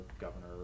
governor